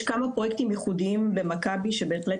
יש כמה פרויקטים ייחודיים במכבי שבהחלט